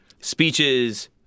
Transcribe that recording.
speeches